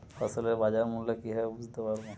ফসলের বাজার মূল্য কিভাবে বুঝতে পারব?